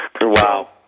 Wow